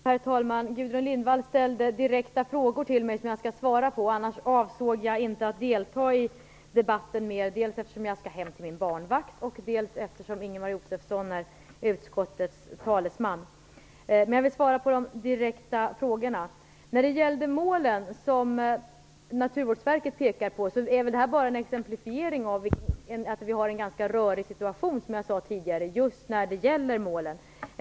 Herr talman! Gudrun Lindvall ställde direkta frågor till mig, som jag skall svara på. Annars avsåg jag inte att delta längre i debatten, dels därför att jag skall hem till min barnvakt, dels därför att Ingemar Josefsson är utskottets talesman. Låt mig alltså svara på de direkta frågorna. De mål som Naturvårdsverket pekar på är väl bara exempel på att vi, som jag tidigare sade, har en ganska rörig situation just när det gäller målen.